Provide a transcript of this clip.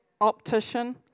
optician